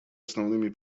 основными